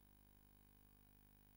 לזכר יהדות פולין שנכחדה.